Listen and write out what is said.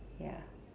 ya